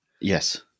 Yes